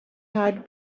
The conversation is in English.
had